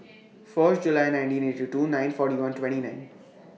First July nineteen eighty two nine forty one twenty nine